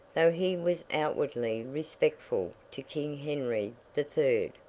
though he was outwardly respectful to king henry the third,